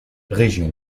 régions